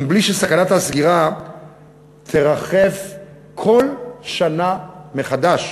ומבלי שסכנת הסגירה תרחף כל שנה מחדש